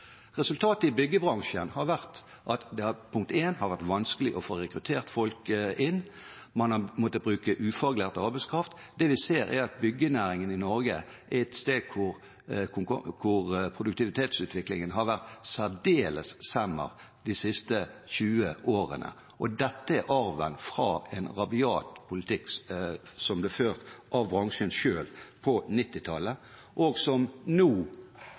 Resultatet i byggebransjen har vært at det har vært vanskelig å få rekruttert folk inn. Man har måttet bruke ufaglært arbeidskraft. Det vi ser, er at byggenæringen i Norge er et sted hvor produktivitetsutviklingen har vært særdeles semmer de siste 20 årene. Dette er arven fra en rabiat politikk som ble ført av bransjen selv på 1990-tallet, og som, i den situasjonen vi er inne i nå,